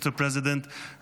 Mr. President,